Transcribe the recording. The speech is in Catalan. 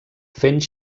fent